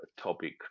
topic